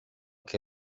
que